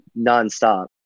nonstop